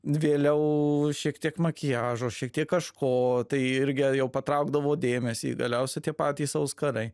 vėliau šiek tiek makiažo šiek tiek kažko tai irgi jau patraukdavo dėmesį į galiausiai tie patys auskarai